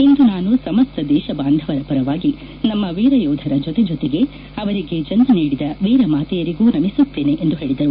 ಇಂದು ನಾನು ಸಮಸ್ತ ದೇಶ ಬಾಂಧವರ ಪರವಾಗಿ ನಮ್ಮ ವೀರ ಯೋಧರ ಜೊತೆಜೊತೆಗೆ ಅವರಿಗೆ ಜನ್ಮ ನೀಡಿದ ವೀರ ಮಾತೆಯರಿಗೂ ನಮಿಸುತ್ತೇನೆ ಎಂದು ಹೇಳಿದರು